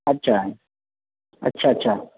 अच्छा अच्छा अच्छा